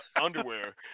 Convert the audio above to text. underwear